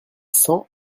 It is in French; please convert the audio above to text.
cent